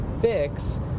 fix